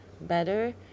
better